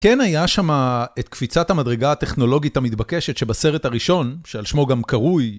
כן היה שמה את קפיצת המדרגה הטכנולוגית המתבקשת שבסרט הראשון, שעל שמו גם קרוי,